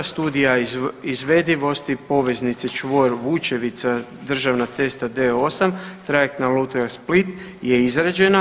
Studija izvedivosti, poveznice čvor Vučevica – državna cesta D8, trajektna luka Split je izrađena.